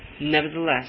Nevertheless